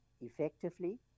effectively